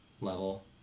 level